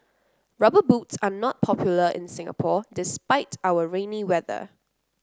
rubber boots are not popular in Singapore despite our rainy weather